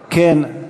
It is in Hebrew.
כן,